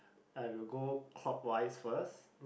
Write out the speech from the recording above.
I will go clockwise first